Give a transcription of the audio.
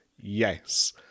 Yes